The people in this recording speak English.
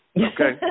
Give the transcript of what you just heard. Okay